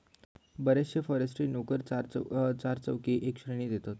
बरेचशे फॉरेस्ट्री नोकरे चारपैकी एका श्रेणीत येतत